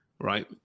right